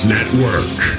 Network